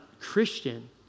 Christian